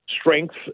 strength